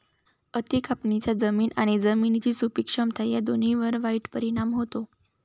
अति कापणीचा जमीन आणि जमिनीची सुपीक क्षमता या दोन्हींवर वाईट परिणाम होतो